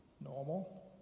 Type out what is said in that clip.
normal